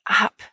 up